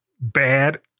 bad